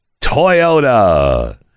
Toyota